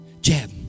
jab